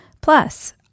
Plus